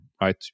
right